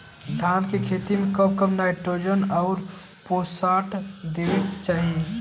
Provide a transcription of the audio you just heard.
धान के खेती मे कब कब नाइट्रोजन अउर पोटाश देवे के चाही?